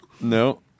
No